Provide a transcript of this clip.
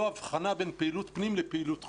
הבחנה בין פעילות פנים לפעילות חוץ.